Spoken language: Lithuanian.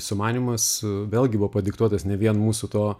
sumanymas vėlgi buvo padiktuotas ne vien mūsų to